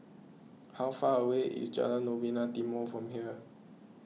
how far away is Jalan Novena Timor from here